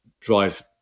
drive